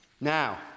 Now